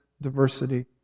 diversity